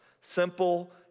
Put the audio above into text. Simple